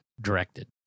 directed